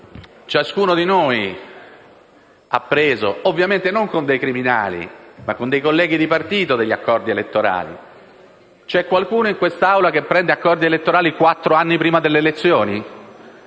ciascuno di noi ha preso, ovviamente non con dei criminali, ma con dei colleghi di partito, degli accordi elettorali. C'è qualcuno in quest'Aula che prende accordi elettorali quattro anni prima delle elezioni?